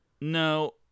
No